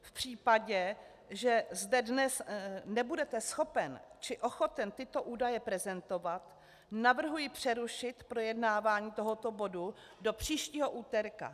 V případě, že dnes nebudete schopen či ochoten tyto údaje prezentovat, navrhuji přerušit projednávání tohoto bodu do příštího úterka.